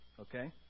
Okay